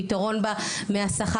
הפתרון בא מהשכר,